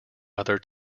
other